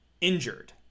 Injured